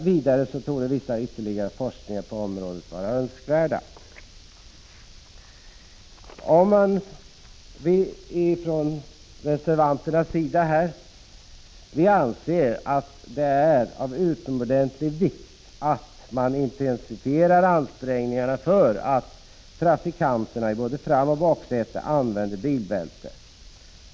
Vidare torde viss ytterligare forskning på området vara önskvärd.” Ifrån reservanternas sida anser vi att det är utomordentligt viktigt att man intensifierar ansträngningarna för att trafikanter i både framoch baksätet använder bilbälte.